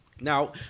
Now